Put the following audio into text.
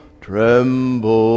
Tremble